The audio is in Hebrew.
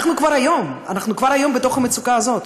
אנחנו כבר היום בתוך המצוקה הזאת.